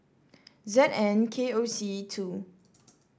Z N K O C two